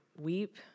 weep